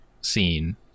scene